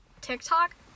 tiktok